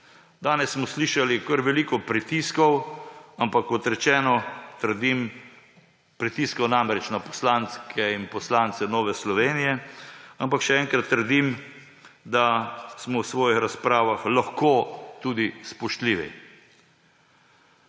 Danes smo slišali kar veliko pritiskov, ampak kot rečeno, trdim – pritiskov namreč na poslanke in poslance Nove Slovenije ‒, ampak še enkrat trdim, da smo v svojih razpravah lahko tudi spoštljivi.